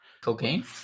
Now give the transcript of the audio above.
Cocaine